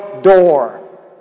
door